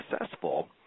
successful